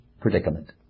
predicament